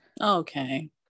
Okay